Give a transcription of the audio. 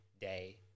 day